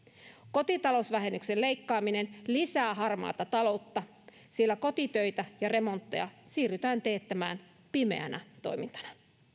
kotitalousvähennyksen leikkaaminen lisää harmaata taloutta sillä kotitöitä ja remontteja siirrytään teettämään pimeänä toimintana